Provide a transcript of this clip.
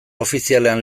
ofizialean